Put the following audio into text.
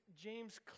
James